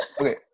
okay